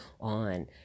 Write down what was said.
on